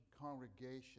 congregation